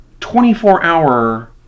24-hour